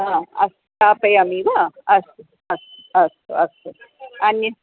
हा अस्तु स्थापयामि वा अस्तु अस्तु अस्तु अस्तु अन्यत्